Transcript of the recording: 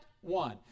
one